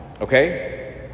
Okay